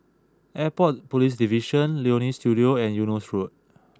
Airport Police Division Leonie Studio and Eunos Road